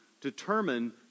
determine